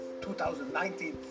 2019